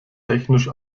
technisch